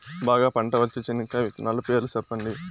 బాగా పంట వచ్చే చెనక్కాయ విత్తనాలు పేర్లు సెప్పండి?